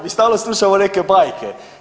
Mi stalno slušamo neke bajke.